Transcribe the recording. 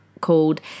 called